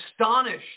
astonished